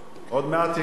עוד מעט יגישו,